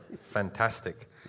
fantastic